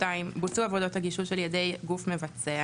בוצעו עבודות הגישוש על ידי גוף מבצע,